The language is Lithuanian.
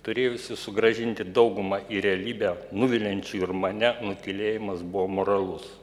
turėjusių sugrąžinti daugumą į realybę nuviliančių ir mane nutylėjimas buvo moralus